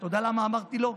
אתה יודע למה אמרתי לו?